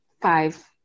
five